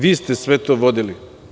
Vi ste sve to vodili.